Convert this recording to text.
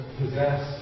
possess